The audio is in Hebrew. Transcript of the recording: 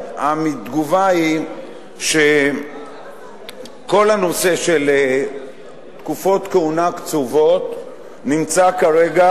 התגובה היא שכל הנושא של תקופות כהונה קצובות נמצא כרגע,